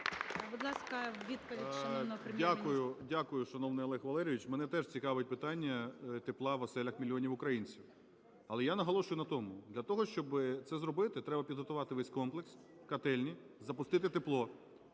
Будь ласка, відповідь шановного Прем’єр-міністра. 10:57:42 ГРОЙСМАН В.Б. Дякую, дякую, шановний Олег Валерійович. Мене теж цікавить питання тепла в оселях мільйонів українців. Але я наголошую на тому, для того, щоб це зробити, треба підготувати весь комплекс, котельні, запустити тепло.